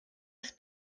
ist